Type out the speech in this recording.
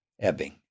ebbing